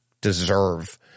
deserve